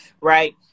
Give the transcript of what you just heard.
right